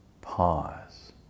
pause